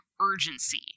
urgency